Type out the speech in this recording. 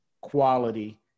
quality